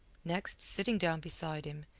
next, sitting down beside him,